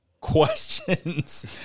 questions